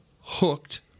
hooked